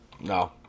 No